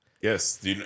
Yes